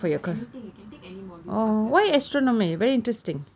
ya anything you can take any modules outside of